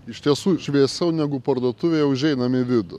iš tiesų šviesiau negu parduotuvėje užeinam į vidų